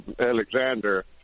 Alexander